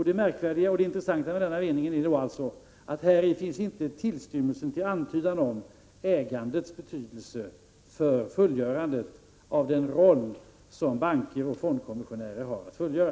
Det märkvärdiga och det intressanta med denna mening är alltså att här inte finns en tillstymmelse till antydan om ägandets betydelse för fullgörandet av den roll som banker och fondkommissionärer har att fullgöra.